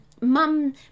mum